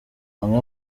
amwe